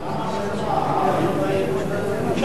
למה באמצע?